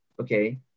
okay